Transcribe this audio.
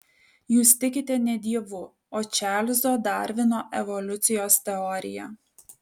jūs tikite ne dievu o čarlzo darvino evoliucijos teorija